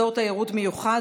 (אזור תיירות מיוחד,